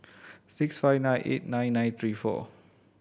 six five nine eight nine nine three four